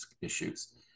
issues